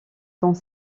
dans